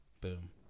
boom